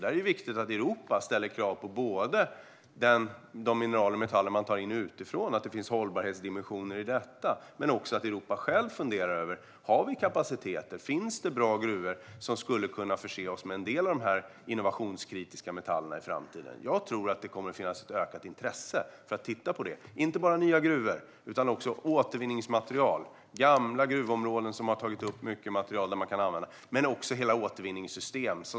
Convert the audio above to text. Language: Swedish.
Det är viktigt att Europa ställer krav på att det finns hållbarhetsdimensioner för de mineraler och metaller som tas in utifrån. I Europa måste vi själva också fundera över om vi har kapacitet. Har vi bra gruvor som skulle kunna förse oss med en del av de metaller som är kritiska för innovationer i framtiden? Jag tror att det kommer att finnas ett ökat intresse för att titta på det här, och det gäller inte bara nya gruvor utan också återvinningsmaterial. Gamla gruvområden har tagit upp mycket material som man skulle kunna använda. Det handlar även om hela återvinningssystemet.